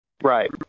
Right